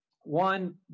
One